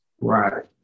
Right